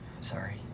Sorry